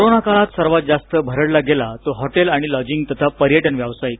corona काळात सर्वात जास्त भरडला गेलाय तो हॉटेल आणि लॉजींग तथा पर्यटन व्यावसाईक